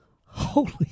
holy